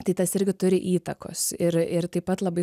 tai tas irgi turi įtakos ir ir taip pat labai